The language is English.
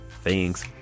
Thanks